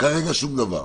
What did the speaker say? כרגע שום דבר,